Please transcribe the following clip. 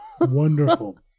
Wonderful